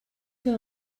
que